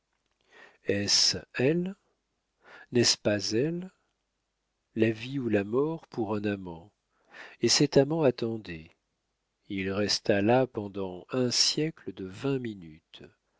est-ce elle n'est-ce pas elle la vie ou la mort pour un amant et cet amant attendait il resta là pendant un siècle de vingt minutes